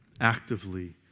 actively